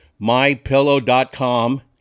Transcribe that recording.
mypillow.com